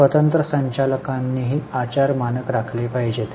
स्वतंत्र संचालकांनीही आचार मानक राखले पाहिजे